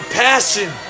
passion